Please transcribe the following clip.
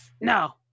No